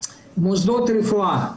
מוסדות רפואה,